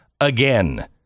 again